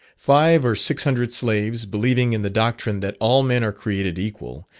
five or six hundred slaves, believing in the doctrine that all men are created equal,